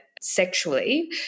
sexually